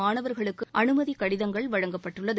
மாணவர்களுக்கு அனுமதி கடிதங்கள் வழங்கப்பட்டுள்ளது